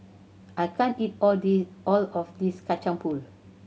I can't eat all all of this Kacang Pool